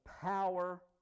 power